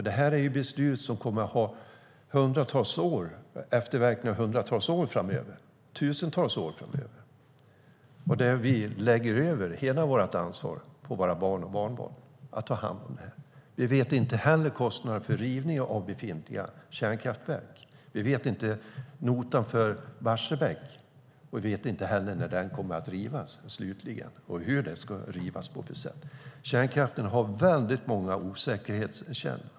Det är beslut som kommer att ge efterverkningar hundratals och till och med tusentals år framöver. Då lägger vi hela ansvaret på våra barn och barnbarn som får ta hand om det. Vi vet inte kostnaden för rivning av befintliga kärnkraftverk. Inte heller vet vi notan för Barsebäck eller när och hur den slutligen kommer att rivas. Kärnkraften har alltså många osäkerhetsfaktorer.